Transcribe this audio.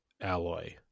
alloy